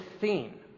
scene